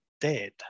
dead